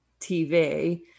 tv